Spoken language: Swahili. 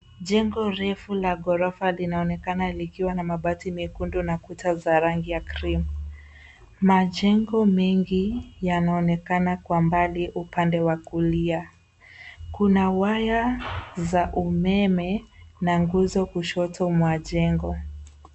Jengo refu la ghorofa linaonekana likiwa na mabati mekundu na kuta za rangi ya cream .Majengo mengi yanaonekana kwa mbali upande wa kulia. Kuna waya za umeme na nguzo kushoto mwa jengo.